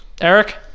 Eric